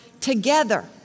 together